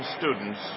students